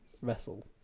wrestle